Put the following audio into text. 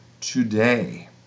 today